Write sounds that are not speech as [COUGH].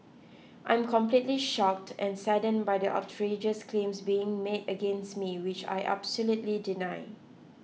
I'm completely shocked and saddened by the outrageous claims being made against me which I [UNINTELLIGIBLE]